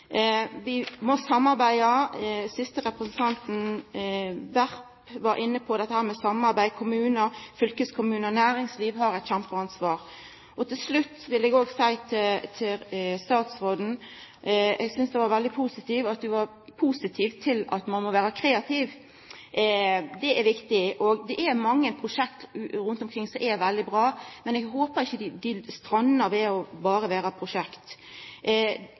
Vi må samarbeida. Den siste representanten, Werp, var inne på samarbeid. Kommunar, fylkeskommunar og næringsliv har eit kjempeansvar. Til slutt vil eg seia til statsråden: Eg synest det var veldig bra at statsråden var positiv til at ein må vera kreativ. Det er viktig, og det er mange prosjekt rundt omkring som er veldig bra. Men eg håpar ikkje dei strandar ved berre å vera prosjekt.